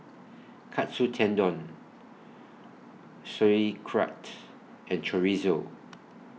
Katsu Tendon Sauerkraut and Chorizo